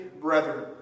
brethren